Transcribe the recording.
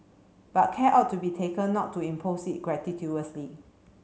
but care ought to be taken not to impose it gratuitously